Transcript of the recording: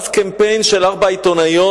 ואז, קמפיין של ארבע עיתונאיות,